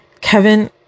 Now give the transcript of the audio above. Kevin